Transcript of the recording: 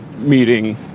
meeting